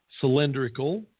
cylindrical